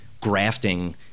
grafting